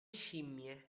scimmie